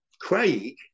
craig